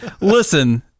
listen